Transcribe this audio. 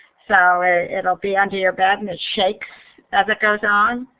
so ah it will be under your bed and it shakes as it goes on.